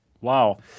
wow